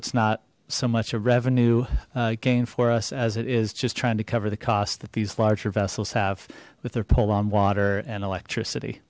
it's not so much a revenue gain for us as it is just trying to cover the cost that these larger vessels have with their pull on water and electricity